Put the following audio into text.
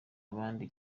abandi